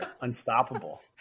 Unstoppable